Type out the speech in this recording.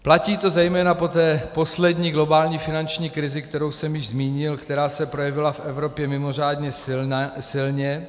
Platí to zejména po té poslední globální finanční krizi, kterou jsem zmínil, která se projevila v Evropě mimořádně silně.